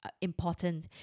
important